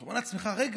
אתה אומר לעצמך: מה